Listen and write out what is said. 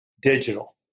digital